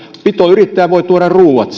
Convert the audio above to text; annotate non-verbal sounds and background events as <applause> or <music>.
pitoyrittäjä voi tuoda ruuat <unintelligible>